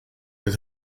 with